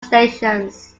stations